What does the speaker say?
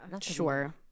sure